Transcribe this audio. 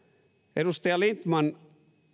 edustaja lindtman